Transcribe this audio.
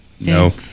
No